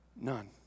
None